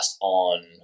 on